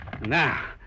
Now